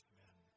Amen